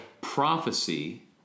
prophecy